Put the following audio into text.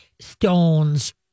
stones